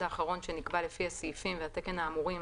האחרון שנקבע לפי הסעיפים והתקן האמורים